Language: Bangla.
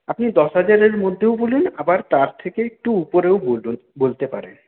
আপনি দশ হাজারের মধ্যেও বলুন আবার তার থেকে একটু উপরেও বলুন বলতে পারেন